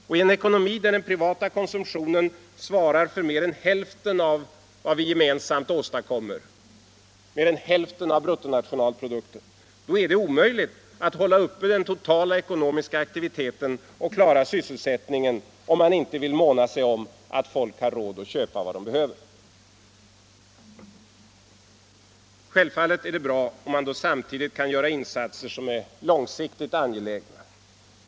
Och i en ekonomi där den privata konsumtionen svarar för mer än hälften av vad vi gemensamt åstadkommer, dvs. bruttonationalprodukten, är det omöjligt att hålla uppe den totala ekonomiska aktiviteten och klara sysselsättningen utan att måna sig om att människorna har råd att köpa vad de behöver. Självfallet är det bra om man då samtidigt kan göra insatser som är långsiktigt angelägna.